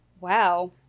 wow